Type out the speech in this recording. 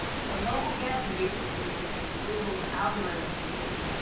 so mobilegeddon basically is google's algorithm change.